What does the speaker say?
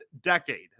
decade